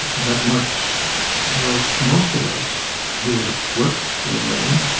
but, much like most of us who work for a living,